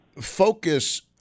focus